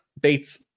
Bates